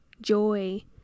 joy